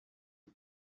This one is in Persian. بار